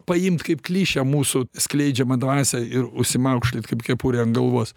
paimt kaip klišę mūsų skleidžiamą dvasią ir užsimaukšlyt kaip kepurę ant galvos